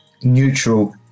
neutral